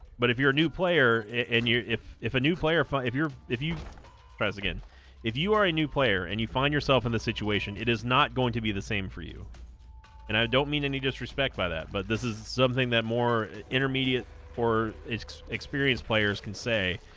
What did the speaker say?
but if you're a new player and you if if a new player fun if you're if you press again if you are a new player and you find yourself in the situation it is not going to be the same for you and i don't mean any disrespect by that but the is something that more intermediate for its experienced players can say